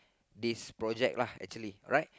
this project lah actually right